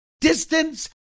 distance